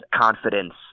confidence